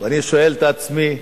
ואני שואל את עצמי,